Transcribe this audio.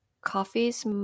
coffees